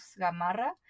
Gamarra